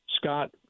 Scott